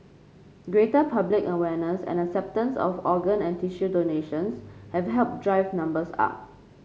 greater public awareness and acceptance of organ and tissue donations have helped drive numbers up